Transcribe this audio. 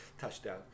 touchdown